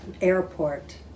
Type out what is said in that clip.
Airport